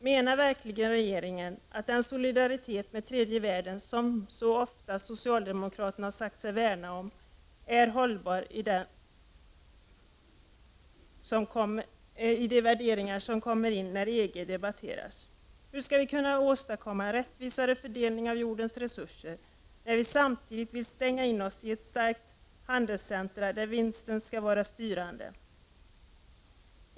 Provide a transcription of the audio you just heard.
Menar regeringen verkligen att den solidaritet med tredje världen som socialdemokraterna så ofta har sagt sig värna är hållbar i de värderingar som kommer in när EG debatteras? Hur skall vi kunna åstadkomma en rättvisare fördelning av jordens resurser när vi samtidigt vill stänga in oss i ett starkt handelscentrum, där vinsten skall vara styrande.